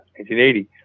1980